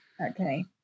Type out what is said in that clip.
Okay